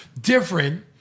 different